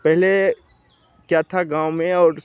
पहले क्या था गाँव में और